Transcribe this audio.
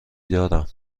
دارم